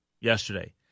yesterday